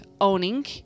owning